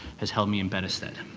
has helped me in better stead.